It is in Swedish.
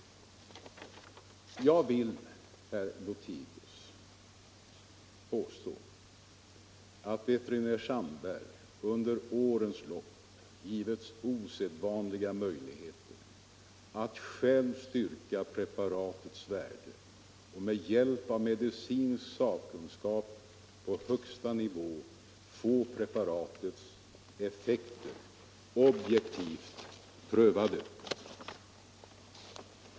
Jag vill, herr Lothigius, påstå att veterinär Sandberg under årens — naturläkemedel, lopp givits osedvanliga möjligheter att själv styrka THX-preparatets värde — m.m. och med hjälp av medicinsk sakkunskap på högsta nivå få preparatets effekter objektivt prövade.